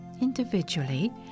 Individually